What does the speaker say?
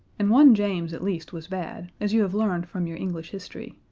and one james at least was bad, as you have learned from your english history.